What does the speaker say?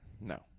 no